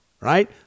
right